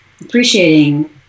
appreciating